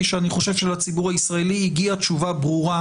שאני חושב שלציבור הישראלי מגיעה תשובה ברורה,